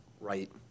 right